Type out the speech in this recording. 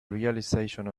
realization